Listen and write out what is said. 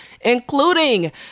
including